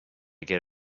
get